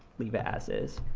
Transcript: leave it as is.